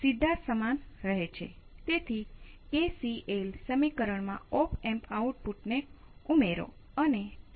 મને ખાતરી છે કે તમે આ પગલાના સમીકરણોને હલ કર્યા છે